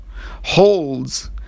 holds